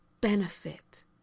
benefit